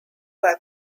that